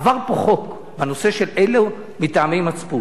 עבר פה חוק בנושא של אלו מטעמי מצפון.